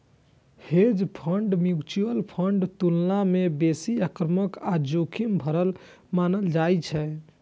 hedge fund mutual फंडक तुलना मे बेसी आक्रामक आ जोखिम भरल मानल जाइ छै